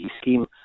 scheme